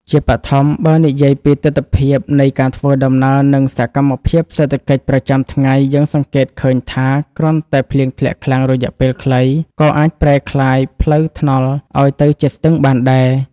ជាបឋម បើនិយាយពីទិដ្ឋភាពនៃការធ្វើដំណើរ និងសកម្មភាពសេដ្ឋកិច្ចប្រចាំថ្ងៃ យើងសង្កេតឃើញថា គ្រាន់តែភ្លៀងធ្លាក់ខ្លាំងរយៈពេលខ្លី ក៏អាចប្រែក្លាយផ្លូវថ្នល់ឱ្យទៅជាស្ទឹងបានដែរ។